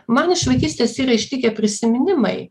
man iš vaikystės yra išlikę prisiminimai